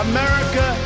America